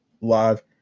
live